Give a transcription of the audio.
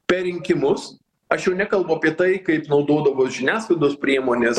per rinkimus aš jau nekalbu apie tai kaip naudodavo žiniasklaidos priemonės